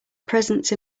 presence